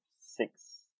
six